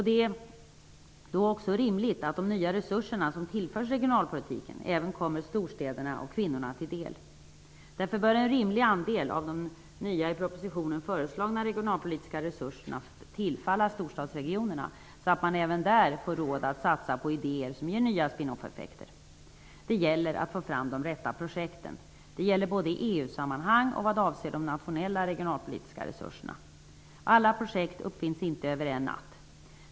Det är då också rimligt att de nya resurser som tillförs regionalpolitiken även kommer storstäderna och kvinnorna till del. Därför bör en rimlig andel av de i propositionen föreslagna nya regionalpolitiska resurserna tillfalla storstadsregionerna, så att man även där får råd att satsa på idéer som ger nya spinoff-effekter. Det gäller att få fram de rätta projekten, vilket gäller både i EU-sammanhang och vad avser de nationella regionalpolitiska resurserna. Alla projekt uppfinns inte över en natt.